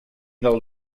del